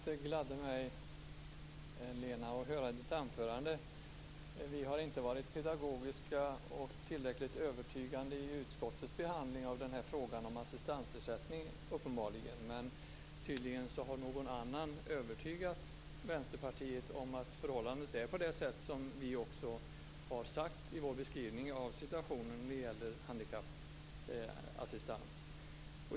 Fru talman! Det gladde mig att höra Lenas anförande. Vi har uppenbarligen inte varit tillräckligt pedagogiska och övertygande i utskottets behandling av frågan om assistansersättning. Tydligen har någon annan ändå övertygat Vänsterpartiet om att förhållandet är som vi har sagt när det gäller handikappassistans.